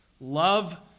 Love